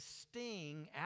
sting